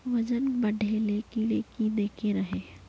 वजन बढे ले कीड़े की देके रहे?